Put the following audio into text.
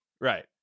Right